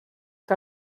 que